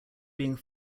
being